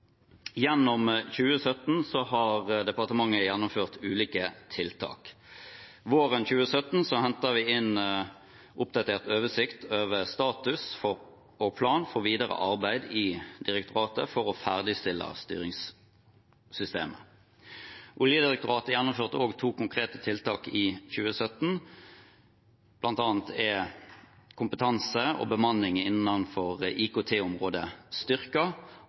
Gjennom 2017 har departementet gjennomført ulike tiltak. Våren 2017 hentet vi inn en oppdatert oversikt over statusen og planen for det videre arbeidet i direktoratet for å ferdigstille styringssystemet. Oljedirektoratet gjennomførte også to konkrete tiltak i 2017. Blant annet er kompetansen og bemanningen innenfor